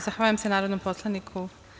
Zahvaljujem se narodnom poslaniku.